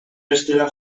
bestera